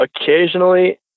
occasionally